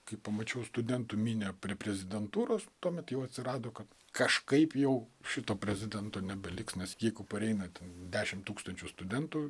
kai pamačiau studentų minią prie prezidentūros tuomet jau atsirado kad kažkaip jau šito prezidento nebeliks nes jeigu pareina ten dešimt tūkstančių studentų